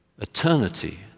eternity